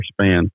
span